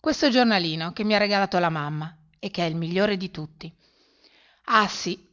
questo giornalino che mi ha regalato la mamma e che è il migliore di tutti ah sì